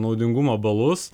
naudingumo balus